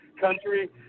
country